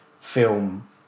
film